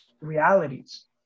realities